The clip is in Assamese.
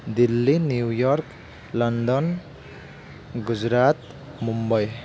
Delhi New York London Gujarat Mumbai